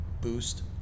boost